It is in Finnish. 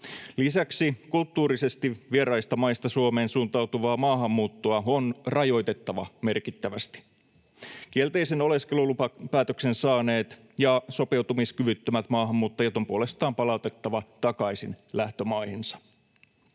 Lisäksi kulttuurisesti vieraista maista Suomeen suuntautuvaa maahanmuuttoa on rajoitettava merkittävästi. Kielteisen oleskelulupapäätöksen saaneet ja sopeutumiskyvyttömät maahanmuuttajat on puolestaan palautettava takaisin lähtömaihinsa.